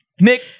Nick